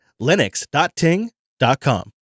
Linux.ting.com